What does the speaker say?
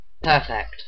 Perfect